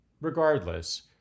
regardless